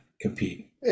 compete